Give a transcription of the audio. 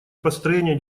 построения